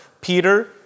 Peter